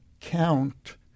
count